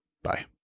Bye